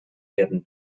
werden